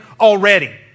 already